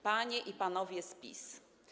Panie i Panowie z PiS!